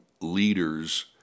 leaders